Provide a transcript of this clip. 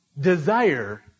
Desire